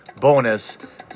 bonus